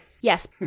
Yes